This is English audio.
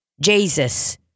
Jesus